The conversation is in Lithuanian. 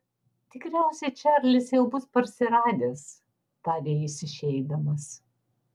tikriausiai čarlis jau bus parsiradęs tarė jis išeidamas